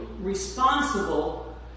responsible